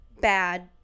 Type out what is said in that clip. bad